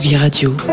Radio